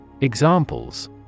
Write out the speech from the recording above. Examples